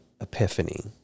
epiphany